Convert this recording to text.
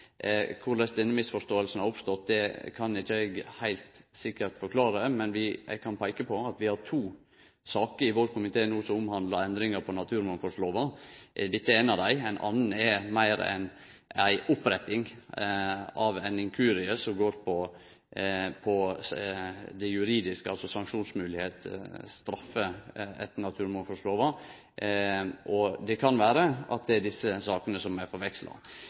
Korleis den misforståinga har oppstått, kan eg ikkje heilt sikkert forklare, men eg kan peike på at vi no har to saker i vår komité som omhandlar endringar i naturmangfaldlova. Dette er ei av dei. Ei anna går meir på å rette opp ein inkurie som går på det juridiske, altså sanksjonsmoglegheit, straff etter naturmangfaldlova. Det kan vere at det er desse sakene som er forveksla.